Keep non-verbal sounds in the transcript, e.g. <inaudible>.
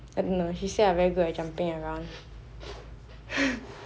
and no he said I very good at jumping around <laughs>